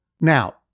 Now